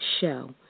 show